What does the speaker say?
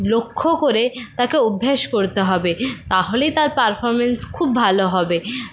লক্ষ করে তাকে অভ্যাস করতে হবে তাহলেই তার পারফরমেন্স খুব ভালো হবে